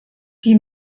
die